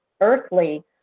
earthly